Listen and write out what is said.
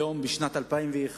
היום, בשנת 2009,